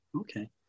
Okay